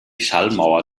schallmauer